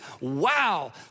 wow